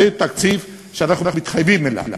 זה תקציב שאנחנו מתחייבים אליו.